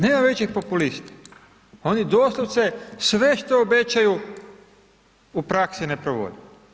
Nema većeg populista, oni doslovce sve što obećaju u praksi ne provode.